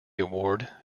award